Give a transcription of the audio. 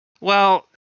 Well-